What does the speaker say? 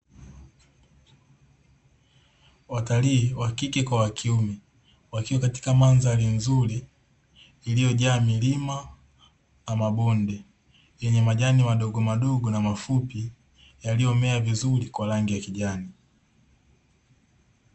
Watalii wa kike kwa wa kiume, wakiwa katika mandhari nzuri iliyojaa milima na mabonde yenye majani madogomadogo na mafupi yaliyomea vizuri kwa rangi ya kijani.